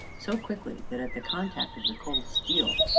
so quickly that, at the contact of the cold steel,